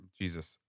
Jesus